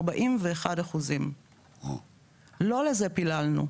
41%. לא לזה פיללנו.